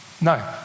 no